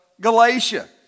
Galatia